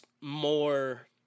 more